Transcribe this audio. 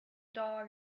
dog